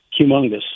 humongous